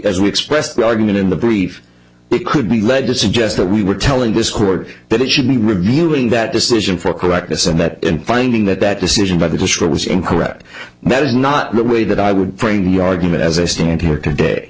as we expressed the argument in the brief me lead to suggest that we were telling this court that it should be reviewing that decision for correctness and that in finding that that decision by the district was incorrect that is not the way that i would bring the argument as i stand here today